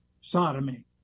sodomy